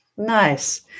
Nice